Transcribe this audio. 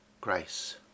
grace